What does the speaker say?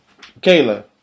kayla